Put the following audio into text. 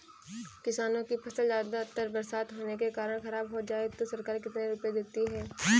किसानों की फसल ज्यादा बरसात होने के कारण खराब हो जाए तो सरकार कितने रुपये देती है?